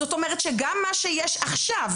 זאת אומרת שגם מה שיש עכשיו,